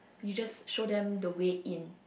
you just show them the way in